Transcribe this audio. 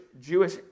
Jewish